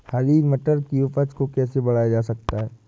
हरी मटर की उपज को कैसे बढ़ाया जा सकता है?